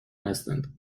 هستند